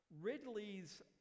Ridley's